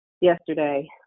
yesterday